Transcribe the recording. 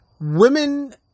Women